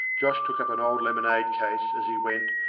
josh took up an old lemonade case as he went,